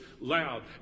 loud